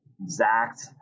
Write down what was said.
exact